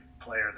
player